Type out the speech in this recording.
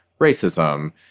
racism